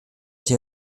der